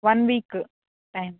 one week time